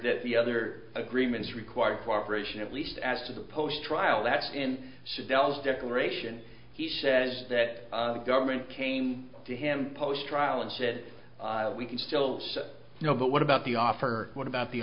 that the other agreements require cooperation at least as to the post trial that's in saddam's declaration he says that the government came to him post trial and said we can still say no but what about the offer what about the